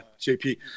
JP